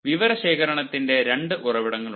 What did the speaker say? വിവരശേഖരണത്തിന്റെ രണ്ട് ഉറവിടങ്ങളുണ്ട്